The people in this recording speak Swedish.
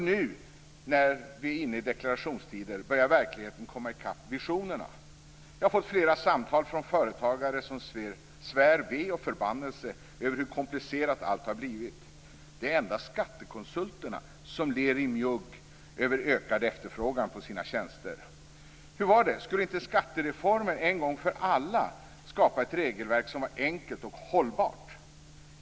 Nu när vi är inne i deklarationstider börjar verkligheten komma i kapp visionerna. Jag har fått flera samtal från företagare som svär ve och förbannelse över hur komplicerat allt har blivit. Det är endast skattekonsulterna som ler i mjugg över ökad efterfrågan på sina tjänster. Hur var det? Skulle inte skattereformen en gång för alla skapa ett regelverk som var enkelt och hållbart?